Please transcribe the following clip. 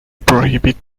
prohibit